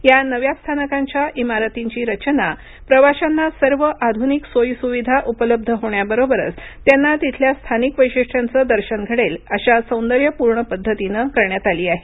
या नव्या स्थानकांच्या इमारतींची रचना प्रवाशांना सर्व आधुनिक सोयीसुविधा उपलब्ध होण्याबरोबरच त्यांना तिथल्या स्थानिक वैशिष्ट्यांचं दर्शन घडेल अशा सौंदर्यपूर्ण पद्धतीनं करण्यात आली आहे